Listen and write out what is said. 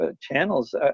channels